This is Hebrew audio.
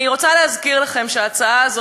אני רוצה להזכיר לכם שבכנסת